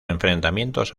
enfrentamientos